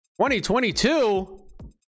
2022